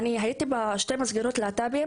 אני הייתי בשתי מסגרות של להט״בים.